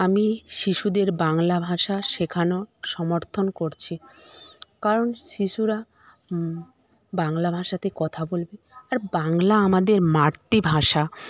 আমি শিশুদের বাংলা ভাষা শেখানো সমর্থন করছি কারণ শিশুরা বাংলা ভাষাতে কথা বলবে আর বাংলা আমাদের মাতৃভাষা